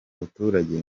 baturage